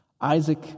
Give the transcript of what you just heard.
Isaac